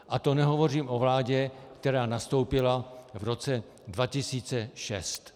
A to nehovořím o vládě, která nastoupila v roce 2006.